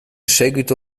seguito